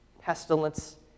pestilence